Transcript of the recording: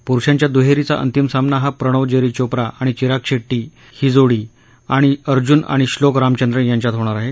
पुरुषांच्या दुहेरीचा अंतिम सामना हा प्रणव जेरी चोप्रा आणि चिराग शेट्टी ही जोडी आणि अर्जुन एम आर आणि श्रोक रामचंद्रन यांच्यात होणार आहे